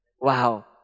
Wow